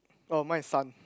oh my is sun